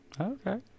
Okay